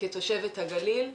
כתושבת הגליל,